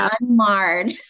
unmarred